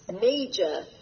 major